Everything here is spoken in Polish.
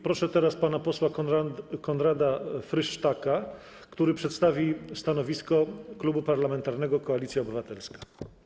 Proszę teraz pana posła Konrada Frysztaka, który przedstawi stanowisko Klubu Parlamentarnego Koalicja Obywatelska.